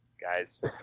guys